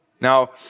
Now